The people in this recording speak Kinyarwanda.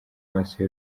maso